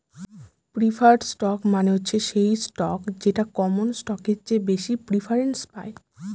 preferred stock মানে হচ্ছে সেই স্টক যেটা কমন স্টকের চেয়ে বেশি প্রিফারেন্স পায়